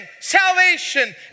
salvation